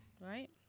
Right